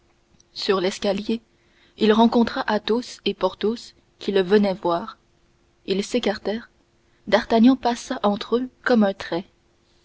sur l'escalier il rencontra athos et porthos qui le venaient voir ils s'écartèrent d'artagnan passa entre eux comme un trait